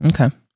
Okay